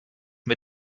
mit